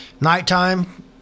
nighttime